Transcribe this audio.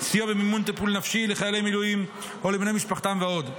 סיוע במימון טיפול נפשי לחיילי מילואים או לבני משפחתם ועוד.